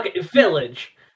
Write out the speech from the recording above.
village